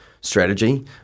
strategy